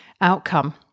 outcome